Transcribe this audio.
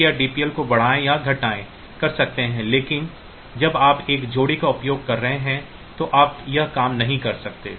तो आप डीपीएल को बढ़ाएँ या घटाएँ कर सकते हैं लेकिन जब आप एक जोड़ी का उपयोग कर रहे हैं तो आप यह काम नहीं कर सकते